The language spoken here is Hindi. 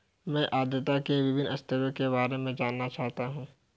मैं आर्द्रता के विभिन्न स्तरों के बारे में जानना चाहता हूं